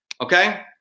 Okay